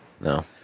No